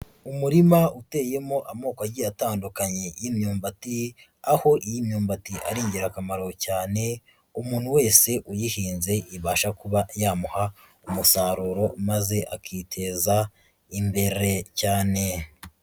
Umurima uteyemo amoko agiye atandukanye y'imyumbati aho iy'imyumbati ari ingirakamaro cyane, umuntu wese uyihinze ibasha kuba yamuha umusaruro maze akiteza imbere cyane.